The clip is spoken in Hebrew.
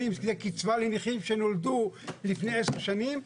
אם זה קצבה לנכים שנולדו לפני עשר שנים,